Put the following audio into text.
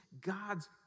God's